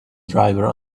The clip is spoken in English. driver